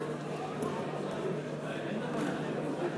אני מתנצל,